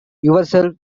yourself